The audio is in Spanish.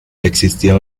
existía